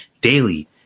daily